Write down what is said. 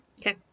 Okay